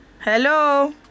Hello